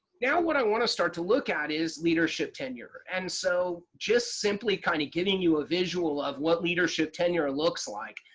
now what i want to start to look at is leadership tenure and so, just simply kind of giving you a visual of what leadership tenure looks like,